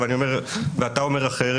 ואתה אומר אחרת,